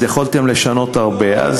אז יכולתם לשנות הרבה.